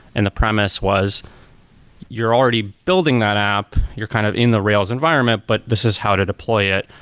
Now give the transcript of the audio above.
and the premise was you're already building that app, you're kind of in the rails environment, but this is how to deploy it,